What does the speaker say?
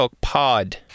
Pod